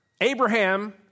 Abraham